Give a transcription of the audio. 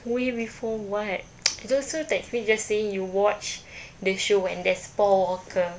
way before what don't so text me just saying you watch the show when there's paul walker